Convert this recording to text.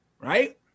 right